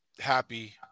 happy